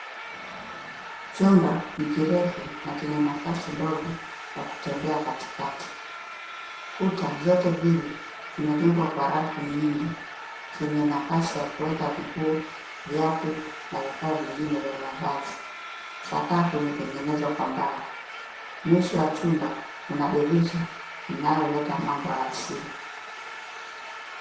Chumba ni kirefu na chenye nafasi ndogo ya kutembea katikati. Kuta zote mbili zimejengwa kwa rafu nyingi zenye nafasi ya kueka nguo, viatu na vifaa vingine vya mavazi. Sakafu imetengenezwa kwa mbao. Mwisho wa chumba kuna dirisha linaloleta mwanga wa asili.